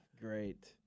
Great